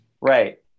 Right